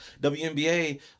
WNBA